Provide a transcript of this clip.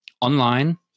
online